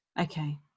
Okay